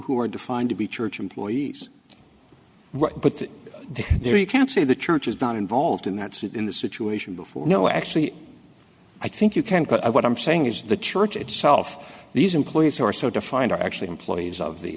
who are defined to be church employees but there you can see the church is not involved in that suit in the situation before you know actually i think you can call what i'm saying is the church itself these employees who are so defined are actually employees of the